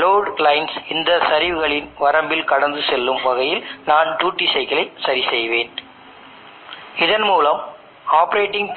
Im ஐ Isc ஆல் வகுப்பது புது Im ஐ Isc ஆல் அல்லது வேறு எந்த Imn மற்றும்